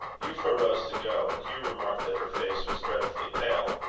euphra rose to go and hugh remarked that her face was dreadfully pale.